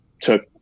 took